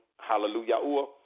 hallelujah